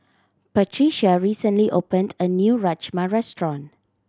Patricia recently opened a new Rajma Restaurant